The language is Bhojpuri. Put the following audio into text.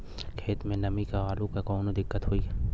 खेत मे नमी स आलू मे कऊनो दिक्कत होई?